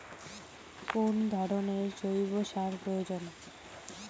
কোন ধরণের জৈব সার প্রয়োজন?